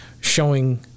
showing